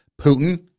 Putin